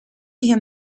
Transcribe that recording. him